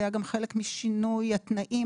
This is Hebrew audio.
זה היה גם חלק משינוי התנאים,